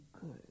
good